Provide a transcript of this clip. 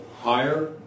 higher